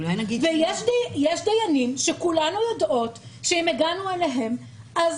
ויש דיינים שכולנו יודעות שאם הגענו אליהם אז